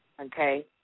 okay